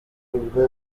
ubwo